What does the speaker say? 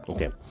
Okay